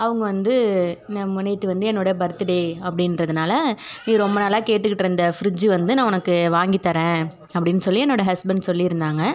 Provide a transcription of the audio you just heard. அவங்க வந்து நம்ம நேற்று வந்து என்னோட பர்த்து டே அப்படின்றதுனால நீ ரொம்ப நாளாக கேட்டுகிட்டிருந்த ஃப்ரிட்ஜு வந்து நான் உனக்கு வாங்கித்தரேன் அப்படின்னு சொல்லி என்னோட ஹஸ்பண்ட் சொல்லி இருந்தாங்க